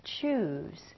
choose